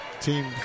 team